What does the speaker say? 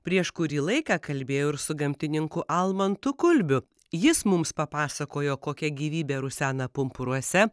prieš kurį laiką kalbėjau ir su gamtininku almantu kulbiu jis mums papasakojo kokia gyvybė rusena pumpuruose